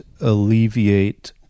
alleviate